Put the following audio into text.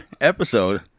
episode